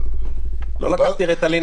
לא לקחתי ריטלין הבוקר.